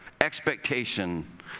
expectation